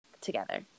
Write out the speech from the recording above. together